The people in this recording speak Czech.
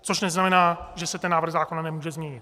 Což neznamená, že se ten návrh zákona nemůže změnit.